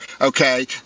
okay